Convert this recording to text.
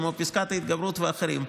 כמו פסקת ההתגברות ואחרים,